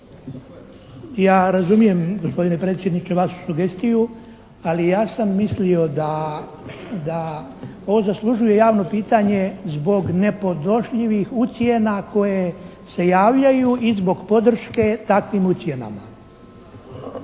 Ja razumijem gospodine predsjedniče vašu sugestiju ali ja sam mislio da ovo zaslužuje javno pitanje zbog nepodnošljivih ucjena koje se javljaju i zbog podrške takvim ucjenama.